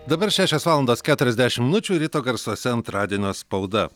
dabar šešios valandas keturiasdešimt minučių ryto garsuose antradienio spauda